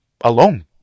alone